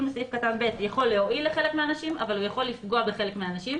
בסעיף קטן (ב) יכול להועיל לחלק מהאנשים אבל הוא יכול לפגוע בחלק מהאנשים,